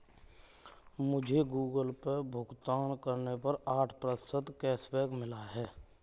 मुझे Google Pay भुगतान करने पर आठ प्रतिशत कैशबैक मिला है